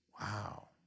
Wow